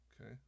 Okay